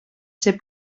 ser